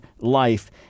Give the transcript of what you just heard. life